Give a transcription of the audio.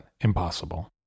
impossible